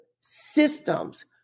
systems